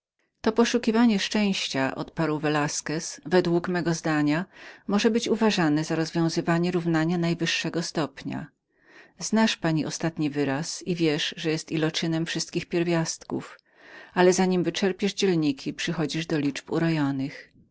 to poszukiwanie szczęścia odparł velasquez według mego zdania może być uważanem jako rozwiązanie równania najwyższego stopnia znasz pani ostatni wyraz i wiesz że jest wypadkiem wszystkich pierwiastków ale za nim wyczerpiesz dzielniki przychodzisz do liczby